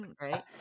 Right